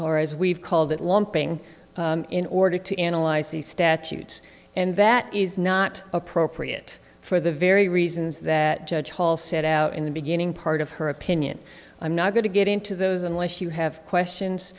or as we've called it lumping in order to analyze the statutes and that is not appropriate for the very reasons that judge paul set out in the beginning part of her opinion i'm not going to get into those unless you have questions